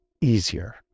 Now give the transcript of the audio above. easier